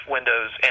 Windows